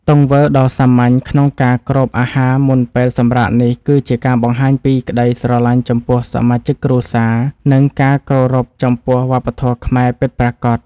ទង្វើដ៏សាមញ្ញក្នុងការគ្របអាហារមុនពេលសម្រាកនេះ គឺជាការបង្ហាញពីក្តីស្រឡាញ់ចំពោះសមាជិកគ្រួសារ និងការគោរពចំពោះវប្បធម៌ខ្មែរពិតប្រាកដ។